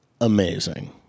Amazing